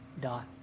dot